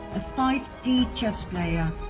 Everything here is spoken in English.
a five d chess player,